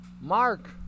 mark